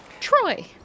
Troy